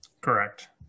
Correct